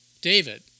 David